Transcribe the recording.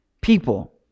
people